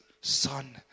Son